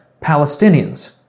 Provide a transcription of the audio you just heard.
Palestinians